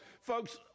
folks